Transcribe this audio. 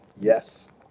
Yes